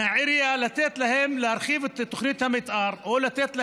לתת להם להרחיב את תוכנית המתאר או לתת להם,